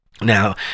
Now